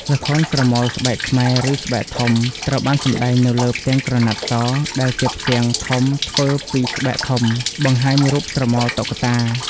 ល្ខោនស្រមោលស្បែកខ្មែរ ឬ ស្បែកធំ ត្រូវបានសម្ដែងនៅលើ ផ្ទាំងក្រណាត់ស ដែលជាផ្ទាំងធំធ្វើពីស្បែកធំ បង្ហាញរូបស្រមោលតុក្កតា។